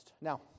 Now